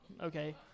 okay